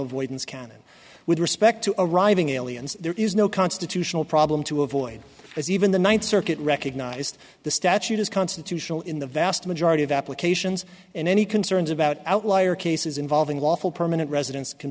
avoidance cannon with respect to arriving aliens there is no constitutional problem to avoid as even the ninth circuit recognized the statute as constitutional in the vast majority of applications in any concerns about outlier cases involving lawful permanent residents can